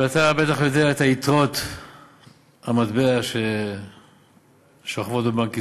ואתה בטח יודע מה יתרות המטבע ששוכבות בבנק ישראל.